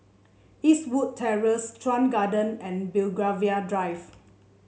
Eastwood Terrace Chuan Garden and Belgravia Drive